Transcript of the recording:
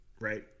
Right